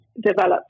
develop